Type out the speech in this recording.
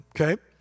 Okay